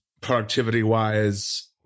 productivity-wise